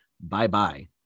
bye-bye